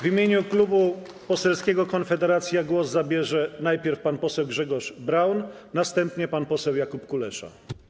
W imieniu Koła Poselskiego Konfederacja głos zabierze najpierw pan poseł Grzegorz Braun, następnie pan poseł Jakub Kulesza.